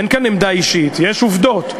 אין כאן עמדה אישית, יש עובדות.